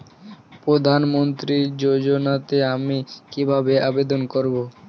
প্রধান মন্ত্রী যোজনাতে আমি কিভাবে আবেদন করবো?